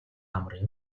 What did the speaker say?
амар